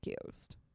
accused